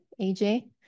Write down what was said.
AJ